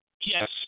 yes